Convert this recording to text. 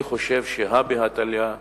אני חושב שהא בהא תליא,